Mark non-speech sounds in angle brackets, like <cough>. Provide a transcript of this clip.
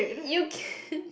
you <breath>